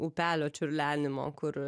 upelio čiurlenimo kur